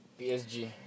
PSG